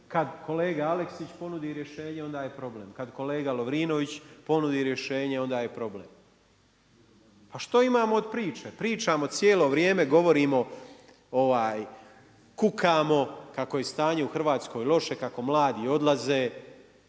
Kada kolega Aleksić ponudi rješenje, onda je problem. Kada kolega Lovrinović ponudi rješenje, onda je problem. Pa što imamo od priče? Pričamo cijelo vrijeme, govorimo, kukamo kako je stanje u Hrvatskoj loše, kako mladi odlaze,